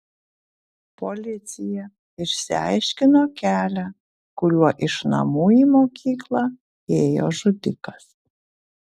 policija išsiaiškino kelią kuriuo iš namų į mokyklą ėjo žudikas